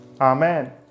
amen